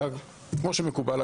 אלא כמו שמקובל,